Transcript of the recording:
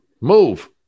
Move